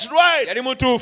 right